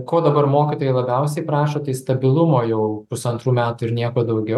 ko dabar mokytojai labiausiai prašo tai stabilumo jau pusantrų metų ir nieko daugiau